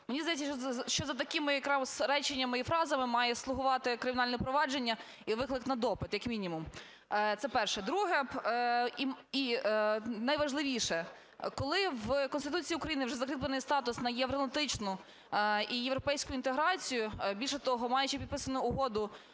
Мені здається, що за такими якраз реченнями і фразами має слугувати кримінальне провадження і виклик на допит як мінімум. Це перше. Друге і найважливіше – коли в Конституції України вже закріплений статус на євроатлантичну і європейську інтеграцію. Більше того, маючи підписану Угоду